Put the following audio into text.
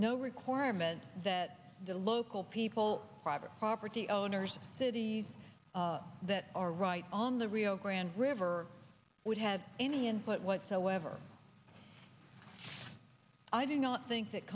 no requirement that the local people private property owners of cities that are right on the rio grande river would have any input whatsoever i do not think that